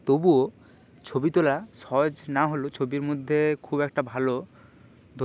ভয় আছে এবং শরীরে ক্ষতি হওয়ার ভয় আছে এবং চোট হওয়ারও ভয় আছে